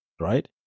right